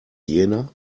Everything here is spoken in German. jena